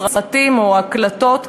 סרטים או הקלטות,